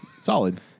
Solid